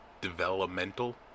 Developmental